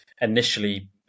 initially